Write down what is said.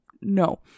no